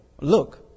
look